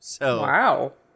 Wow